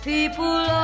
People